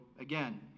again